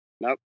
Nope